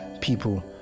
people